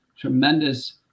tremendous